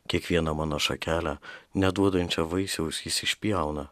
kiekvieną mano šakelę neduodančią vaisiaus jis išpjauna